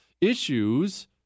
issues